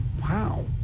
wow